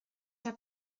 der